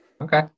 Okay